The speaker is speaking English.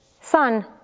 Son